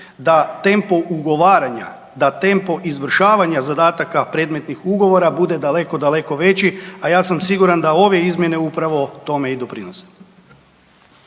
da tempo ugovaranja, da tempo izvršavanja zadataka predmetnih ugovora bude daleko, daleko veći, a ja sam siguran da ove izmjene upravo tome idu